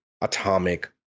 atomic